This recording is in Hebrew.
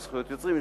יש זכויות יוצרים,